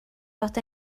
fod